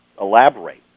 elaborate